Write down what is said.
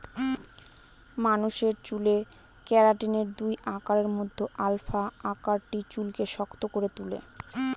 মানুষের চুলে কেরাটিনের দুই আকারের মধ্যে আলফা আকারটি চুলকে শক্ত করে তুলে